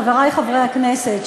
חברי חברי הכנסת,